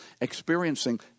experiencing